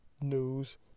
news